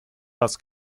das